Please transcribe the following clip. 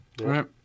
right